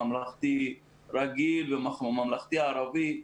ממלכתי רגיל ומממלכתי ערבי,